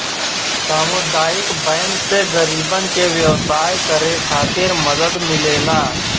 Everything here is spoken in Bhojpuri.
सामुदायिक बैंक से गरीबन के व्यवसाय करे खातिर मदद मिलेला